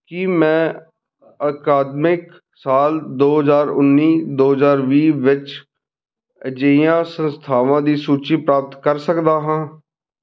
ਕੀ ਮੈਂ ਅਕਾਦਮਿਕ ਸਾਲ ਦੋ ਹਜ਼ਾਰ ਉੱਨੀ ਦੋ ਹਜ਼ਾਰ ਵੀਹ ਵਿੱਚ ਅਜਿਹੀਆਂ ਸੰਸਥਾਵਾਂ ਦੀ ਸੂਚੀ ਪ੍ਰਾਪਤ ਕਰ ਸਕਦਾ ਹਾਂ